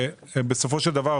בסופו של דבר,